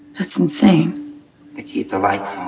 that's insane they keep the lights